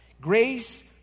grace